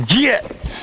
Get